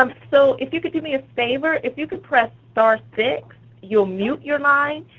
um so if you could do me a favor. if you could press star-six, you'll mute your line,